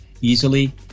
easily